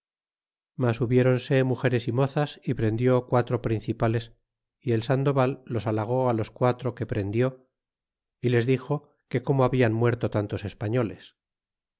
mas hubiéronse mugeres y mozas é prendió quatro principales y el sandoval los halagó a los quatro que prendió y les dixo d que cómo hablan muerto tantos españoles